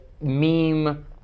meme